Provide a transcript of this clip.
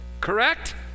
Correct